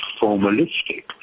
formalistic